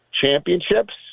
championships